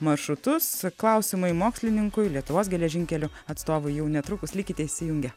maršrutus klausimai mokslininkui lietuvos geležinkelių atstovui jau netrukus likite įsijungę